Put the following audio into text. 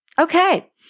Okay